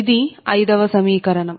ఇది 5 వ సమీకరణం